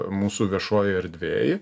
mūsų viešoj erdvėj